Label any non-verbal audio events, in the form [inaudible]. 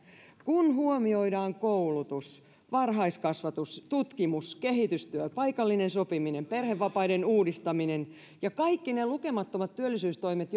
kun huomioidaan koulutus varhaiskasvatus tutkimus kehitystyö paikallinen sopiminen perhevapaiden uudistaminen ja kaikki ne lukemattomat työllisyystoimet [unintelligible]